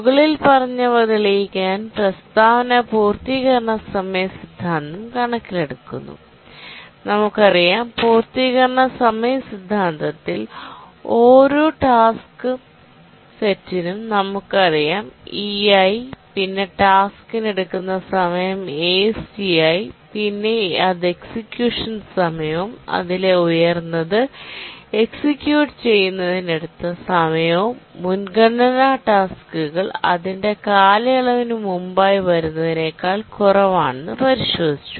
മുകളിൽ പറഞ്ഞവ തെളിയിക്കാൻ പ്രസ്താവന പൂർത്തീകരണ സമയ സിദ്ധാന്തം കണക്കിലെടുക്കുന്നു നമുക്കറിയാം പൂർത്തീകരണ സമയ സിദ്ധാന്തത്തിൽ ഓരോ ടാസ്ക് സെറ്റിനും നമുക്കറിയാം ei പിന്നെ ടാസ്കിന് എടുക്കുന്ന സ മയം astiപിന്നെ അത് എക്സിക്യൂഷൻ സമയവും അതിലെ ഉയർന്നത് എക്സിക്യൂട്ട് ചെയ്യുന്നതിന് എടുത്ത സമയവും മുൻഗണനാ ടാസ്ക്കുകൾ അതിന്റെ കാലയളവിനു മുമ്പായി വരുന്നതിനേക്കാൾ കുറവാണ് പരിശോധിച്ചു